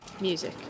Music